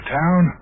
town